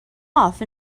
off